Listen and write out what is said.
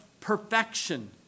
perfection